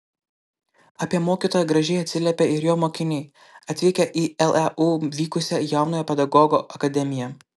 apie mokytoją gražiai atsiliepė ir jo mokiniai atvykę į leu vykusią jaunojo pedagogo akademiją